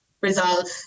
resolve